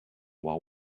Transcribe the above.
while